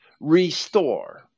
restore